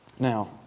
Now